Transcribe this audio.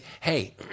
hey